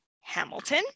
Hamilton